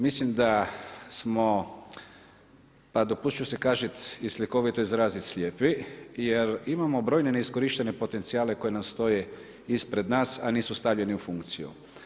Mislim da smo pa dopustit ću si kazat i slikovito izraziti slijepi jer imamo brojne neiskorištene potencijale koji nam stoje ispred nas a nisu stavljeni u funkciju.